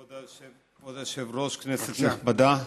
כבוד היושב-ראש, כנסת נכבדה,